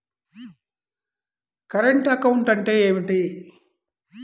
Current account అంటే ఏమిటి?